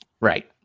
Right